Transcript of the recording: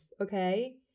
okay